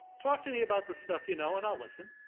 talk to me about the stuff you know and i'll listen.